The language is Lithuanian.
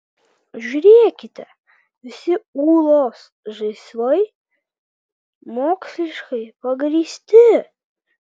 žiūrėkite visi ūlos žaislai moksliškai pagrįsti